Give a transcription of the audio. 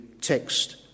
text